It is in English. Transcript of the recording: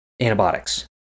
Antibiotics